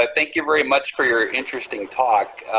ah thank you very much for your interesting talk.